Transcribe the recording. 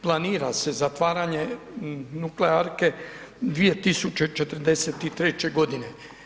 Planira se zatvaranje nuklearke 2043. godine.